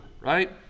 right